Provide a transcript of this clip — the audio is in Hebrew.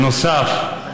בנוסף,